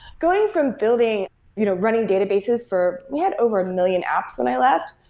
going from building you know running databases for we had over a million apps when i left,